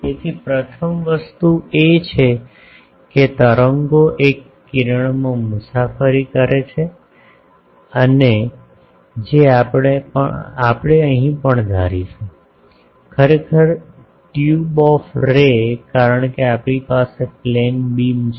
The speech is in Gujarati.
તેથી પ્રથમ વસ્તુ એ છે કે તરંગો એક કિરણમાં મુસાફરી કરે છે જે આપણે અહીં પણ ધારીશું ખરેખર ટ્યુબ ઓફ રે કારણ કે આપણી પાસે બીમ છે